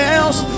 else